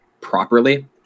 properly